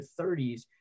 30s